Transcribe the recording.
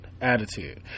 attitude